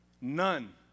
None